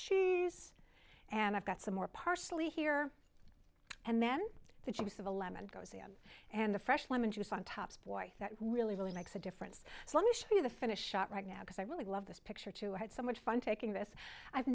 cheese and i've got some more parsley here and then the juice of a lemon goes and the fresh lemon juice on tops boy that really really makes a difference so let me show you the finish shot right now because i really love this picture too had so much fun taking this i've